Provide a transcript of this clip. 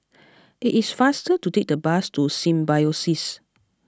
it is faster to take the bus to Symbiosis